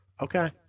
Okay